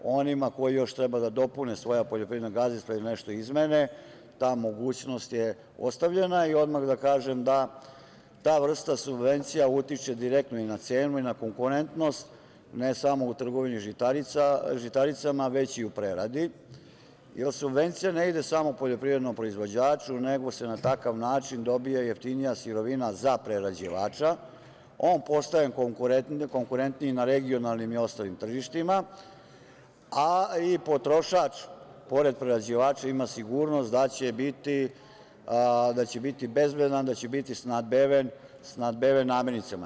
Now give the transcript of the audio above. Onima koji još treba da dopune svoja poljoprivredna gazdinstva ili nešto izmene, ta mogućnost je ostavljena i odmah da kažem da ta vrsta subvencija utiče direktno i cenu i na konkurentnost, ne samo u trgovini žitaricama, već i u preradi, jer subvencija ne ide samo poljoprivrednom proizvođaču, nego se takav način dobija jeftinija sirovina za prerađivača, on postaje konkurentniji na regionalnim i ostalim tržištima, a i potrošač pored prerađivača ima sigurnost da će biti bezbedan, da će biti snabdeven namirnicama.